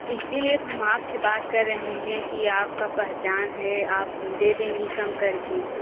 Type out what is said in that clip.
इसीलिए तो हम आपसे बात कर रहे हैं कि आपका पहचान है आप दे देंगी कम करके